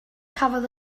cafodd